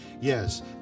Yes